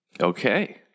okay